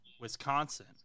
Wisconsin